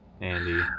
Andy